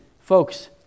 folks